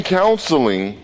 counseling